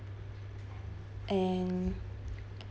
and